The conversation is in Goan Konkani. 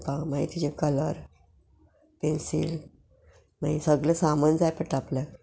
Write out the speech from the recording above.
मागीर तेजे कलर पेन्सील मागी सगले सामान जाय पडटा आपल्याक